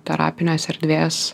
terapinės erdvės